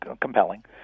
compelling